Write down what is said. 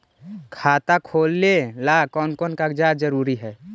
खाता खोलें ला कोन कोन कागजात जरूरी है?